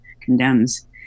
condemns